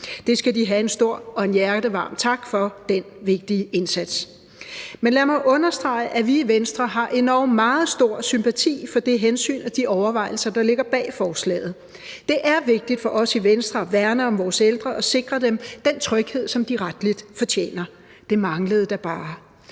Det skal de have en stor og hjertevarm tak for – en tak for den vigtige indsats. Lad mig understrege, at vi i Venstre har endog meget stor sympati for det hensyn og de overvejelser, der ligger bag forslaget. Det er vigtigt for os i Venstre at værne om vores ældre og sikre dem den tryghed, som de rettelig fortjener – det manglede da bare.